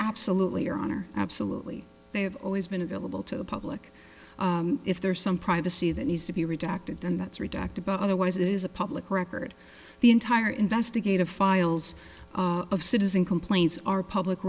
absolutely your honor absolutely they have always been available to the public if there's some privacy that needs to be redacted and that's redacted but otherwise it is a public record the entire investigative files of citizen complaints are public